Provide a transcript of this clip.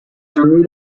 through